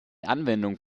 anwendung